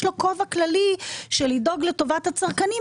יש לו כובע כללי של לדאוג לטובת הצרכנים,